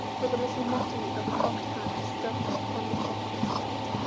with a little motty of a cocked hat stuck upon the top of his head,